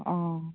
অঁ